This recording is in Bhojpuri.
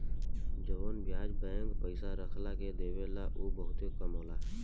जवन ब्याज बैंक पइसा रखला के देवेला उ बहुते कम होखेला